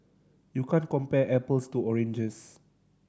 you can't compare apples to oranges